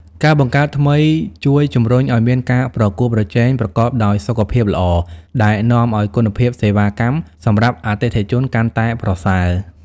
ការបង្កើតថ្មីជួយជំរុញឱ្យមានការប្រកួតប្រជែងប្រកបដោយសុខភាពល្អ ដែលនាំឱ្យគុណភាពសេវាកម្មសម្រាប់អតិថិជនកាន់តែប្រសើរ។